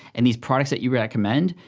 and these products that you recommend,